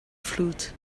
flute